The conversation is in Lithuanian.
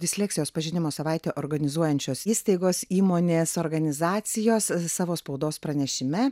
disleksijos pažinimo savaitę organizuojančios įstaigos įmonės organizacijos savo spaudos pranešime